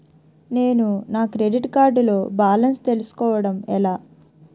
నేను నా credit card లో బాలన్స్ తెలుసుకోవడం ఎలా?